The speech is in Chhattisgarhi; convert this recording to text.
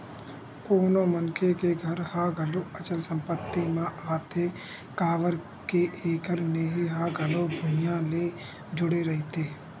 कोनो मनखे के घर ह घलो अचल संपत्ति म आथे काबर के एखर नेहे ह घलो भुइँया ले जुड़े रहिथे